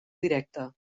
directa